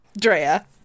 Drea-